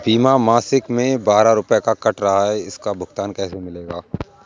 बीमा मासिक में बारह रुपय काट रहा है इसका भुगतान कैसे मिलेगा?